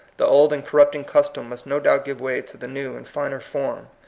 the old and corrupting custom must no doubt give way to the new and finer form.